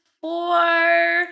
Four